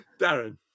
Darren